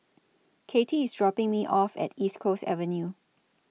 Katie IS dropping Me off At East Coast Avenue